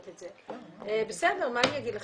מה אני אגיד לכן?